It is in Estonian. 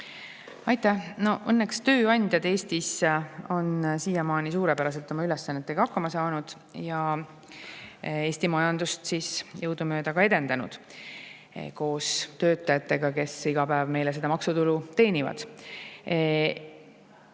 Aitäh! No õnneks tööandjad Eestis on siiamaani suurepäraselt oma ülesannetega hakkama saanud ja Eesti majandust jõudumööda ka edendanud koos töötajatega, kes iga päev meile seda maksutulu teenivad. Eestis